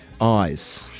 eyes